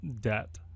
debt